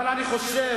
אבל אני חושב